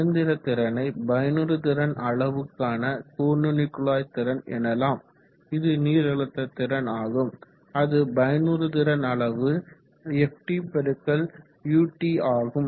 இயந்திர திறனை பயனுறுதிறன் அளவுக்கான கூர்நுனிக்குழாய் திறன் எனலாம் இது நீரழுத்த திறன் ஆகும் அது பயனுதிறன் அளவு Ft x utஆகும்